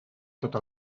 tota